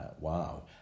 Wow